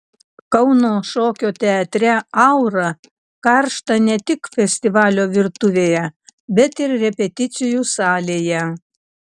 kauno šokio teatre aura karšta ne tik festivalio virtuvėje bet ir repeticijų salėje